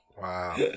Wow